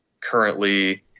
currently